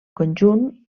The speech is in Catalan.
conjunt